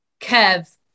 Kev